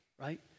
right